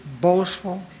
boastful